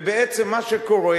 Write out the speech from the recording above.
ובעצם מה שקורה,